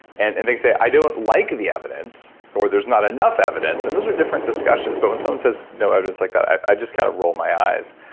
and and they say, i don't like the evidence or there's not enough evidence, and those are different discussions but when someone says, no evidence like that, i just kind of roll my eyes.